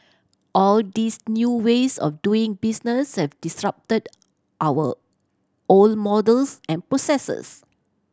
all these new ways of doing business have disrupted our old models and processes